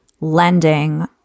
lending